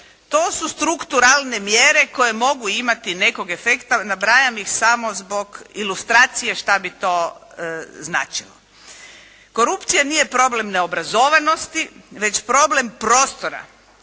To su strukturalne mjere koje mogu imati nekog efekta, nabrajam ih samo zbog ilustracije što bi to značilo. Korupcija nije problem neobrazovanosti, već problem prostora